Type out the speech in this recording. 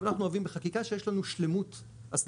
אנחנו אוהבים בחקיקה שיש לנו שלמות הסדרתית,